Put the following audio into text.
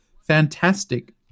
fantastic